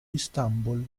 istanbul